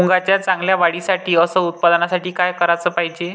मुंगाच्या चांगल्या वाढीसाठी अस उत्पन्नासाठी का कराच पायजे?